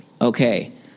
Okay